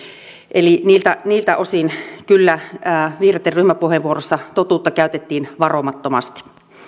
eli niiltä niiltä osin kyllä vihreitten ryhmäpuheenvuorossa totuutta käytettiin varomattomasti